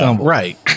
right